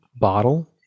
bottle